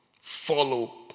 Follow